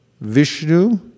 Vishnu